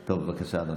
בבקשה, אדוני.